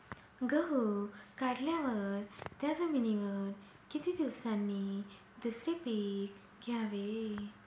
गहू काढल्यावर त्या जमिनीवर किती दिवसांनी दुसरे पीक घ्यावे?